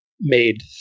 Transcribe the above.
made